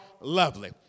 lovely